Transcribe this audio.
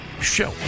Show